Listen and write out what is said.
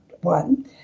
one